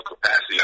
capacity